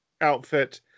outfit